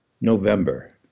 November